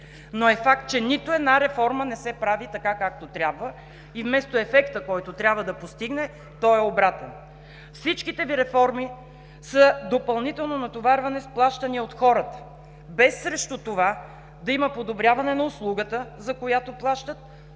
но е факт, че нито една реформа не се прави така, както трябва. Вместо ефекта, който трябва да постигне, той е обратен. Всичките Ви реформи са допълнително натоварване с плащания от хората без срещу това да има подобряване на услугата, за която плащат,